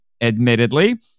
admittedly